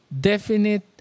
definite